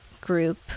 group